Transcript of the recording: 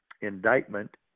indictment